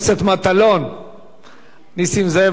נסים זאב אומר, הוא שכן חדש, אתה לא מקשיב לו.